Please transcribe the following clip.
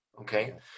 okay